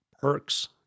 perks